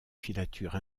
filature